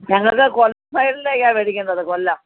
ഞങ്ങൾക്ക് കൊല്ലം സൈഡിലേക്കാണ് മേടിക്കേണ്ടത് കൊല്ലം